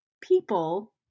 people